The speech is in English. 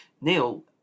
Neil